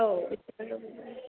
औ